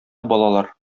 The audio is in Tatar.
балалар